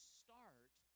start